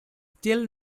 still